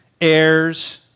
heirs